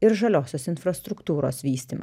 ir žaliosios infrastruktūros vystymą